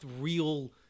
real